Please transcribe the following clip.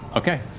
okay.